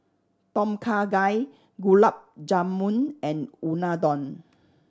Tom Kha Gai Gulab Jamun and Unadon